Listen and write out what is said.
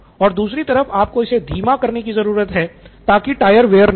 और दूसरी तरफ आपको इसे धीमा करने की जरूरत है ताकि टायर वेयर न हो